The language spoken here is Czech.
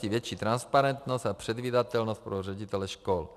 To zajistí větší transparentnost a předvídatelnost pro ředitele škol.